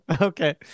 Okay